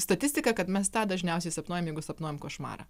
statistika kad mes tą dažniausiai sapnuojam jeigu sapnuojam košmarą